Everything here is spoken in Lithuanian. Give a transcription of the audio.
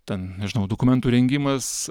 ten nežinau dokumentų rengimas